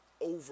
over